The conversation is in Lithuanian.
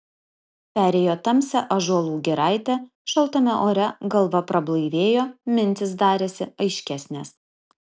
perėjo tamsią ąžuolų giraitę šaltame ore galva prablaivėjo mintys darėsi aiškesnės